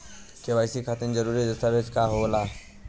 KYC खातिर जरूरी दस्तावेज का का होला?